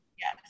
Yes